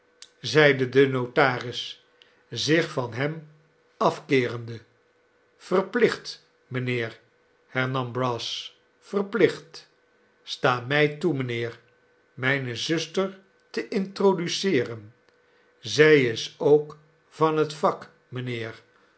zeide de notaris zich van hem afkeerende verplicht mijnheer hernam brass verplicht sta mij toe mijnheer mijne zuster te introduceeren zij is ook van het vak mijnheer